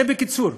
זה בקיצור.